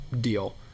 deal